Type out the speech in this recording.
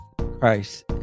Christ